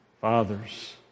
fathers